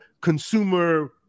consumer